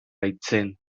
baitzen